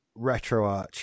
RetroArch